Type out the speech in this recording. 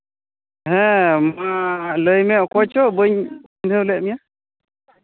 ᱦᱮᱸ ᱢᱟ ᱞᱟᱹᱭ ᱢᱮ ᱚᱠᱚᱭ ᱪᱚ ᱵᱟᱹᱧ ᱵᱩᱡᱷᱟᱹᱣ ᱞᱮᱫ ᱢᱮᱭᱟ